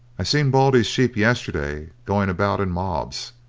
i seen baldy's sheep yesterday going about in mobs,